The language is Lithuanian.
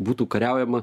būtų kariaujama